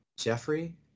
Jeffrey